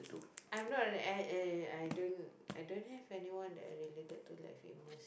I'm not an a~ eh I don't I don't have anyone that are related to like famous